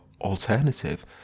alternative